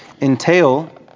entail